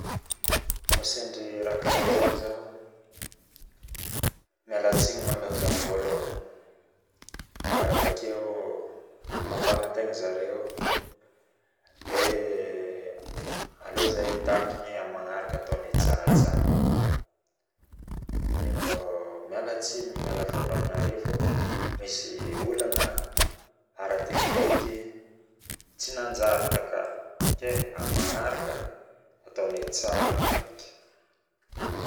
Koa sendry raha karaha zaigny zaho mialtsigny zaho vialohany ary mampagnatagna zare we aleo zahay hitadrigny aminy magnaraka ataonay tsaratsara mbao mialatsigny fa nisy olagna aratekniky tsy nanjary taka kay aminy magnaraka ataonay tsara foeky